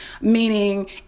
meaning